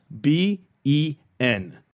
b-e-n